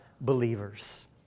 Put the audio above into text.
believers